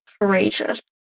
courageous